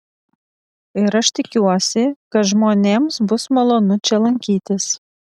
ir aš tikiuosi kad žmonėms bus malonu čia lankytis